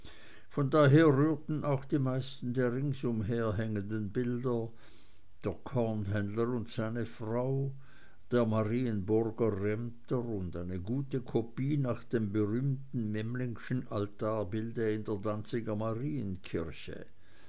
von daher rührten auch die meisten der ringsumher hängenden bilder der kornhändler und seine frau der marienburger remter und eine gute kopie nach dem berühmten memlingschen altarbild in der danziger marienkirche